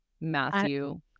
Matthew